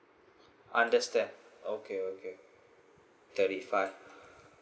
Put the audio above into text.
understand okay okay thirty five